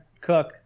Cook